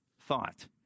thought